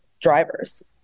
drivers